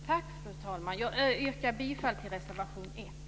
Jag yrkar bifall till reservation 1.